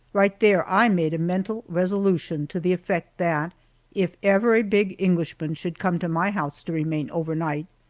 right there i made a mental resolution to the effect that if ever a big englishman should come to my house to remain overnight,